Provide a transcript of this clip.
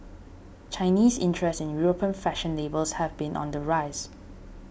Chinese interest in European fashion labels has been on the rise